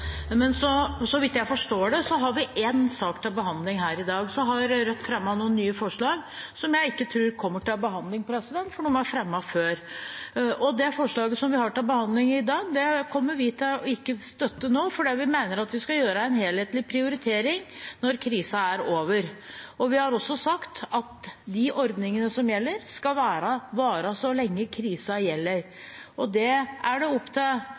Så vidt jeg forstår, har vi én sak til behandling her i dag. Så har Rødt fremmet noen nye forslag, som jeg ikke tror kommer til behandling, for de er fremmet før. Det forslaget vi har til behandling i dag, kommer ikke vi til å støtte nå, fordi vi mener at vi skal gjøre en helhetlig prioritering når krisen er over. Vi har også sagt at de ordningene som gjelder, skal vare så lenge krisen varer, og det er opp til